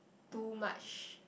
too much